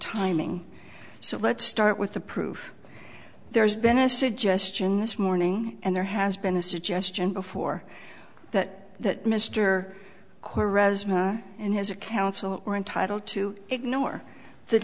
timing so let's start with the proof there's been a suggestion this morning and there has been a suggestion before that that mr cora's and his a council were entitled to ignore th